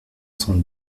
cent